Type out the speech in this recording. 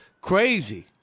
crazy